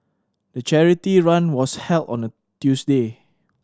the charity run was held on a Tuesday